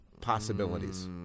possibilities